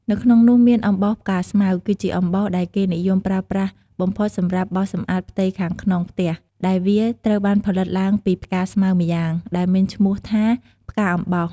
នៅក្នុងនោះមាន អំបោសផ្កាស្មៅ គឺជាអំបោសដែលគេនិយមប្រើប្រាស់បំផុតសម្រាប់បោសសម្អាតផ្ទៃខាងក្នុងផ្ទះ ដែលវាត្រូវបានផលិតឡើងពីផ្កាស្មៅម្យ៉ាង ដែលមានឈ្មោះថាផ្កាអំបោស។